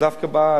זה דווקא בא,